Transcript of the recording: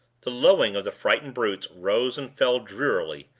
the lowing of the frightened brutes rose and fell drearily,